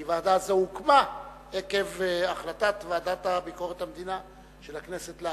כי ועדה זו הוקמה עקב החלטת הוועדה לביקורת המדינה של הכנסת להקימה.